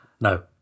no